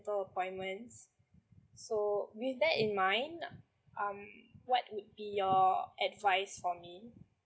go appointments so with that in mind um what would be your advice for me um